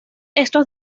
estos